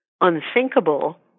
unthinkable